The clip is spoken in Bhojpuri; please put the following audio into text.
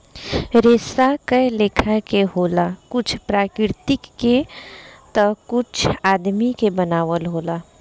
रेसा कए लेखा के होला कुछ प्राकृतिक के ता कुछ आदमी के बनावल होला